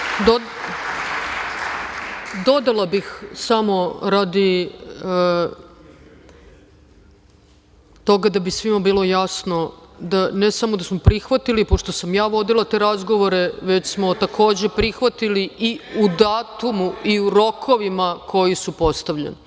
Dodala bih samo radi toga da bi svima bilo jasno, da ne samo da smo prihvatili, pošto sam ja vodila te razgovore, već smo takođe, prihvatili i u datumu i u rokovima koji su postavljeni. Izvolite,